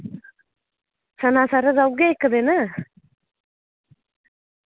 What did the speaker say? सनासर रौह्गे इक्क दिन